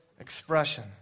expression